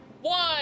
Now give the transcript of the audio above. One